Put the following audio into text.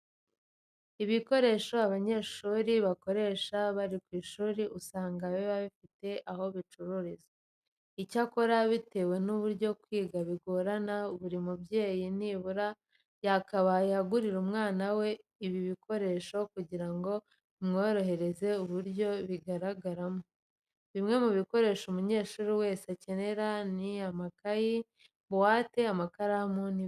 Ibikoresho abanyeshuri bakoresha bari ku ishuri usanga biba bifite aho bicururizwa icyakora bitewe n'uburyo kwiga bigorana, buri mubyeyi nibura yakabaye agurira umwana we ibi bikoresho kugira ngo bimworohereze uburyo yigagamo. Bimwe mu bikoresho umunyeshuri wese akenera ni amakayi, buwate, amakaramu n'ibindi.